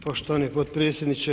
Poštovani potpredsjedniče.